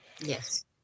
Yes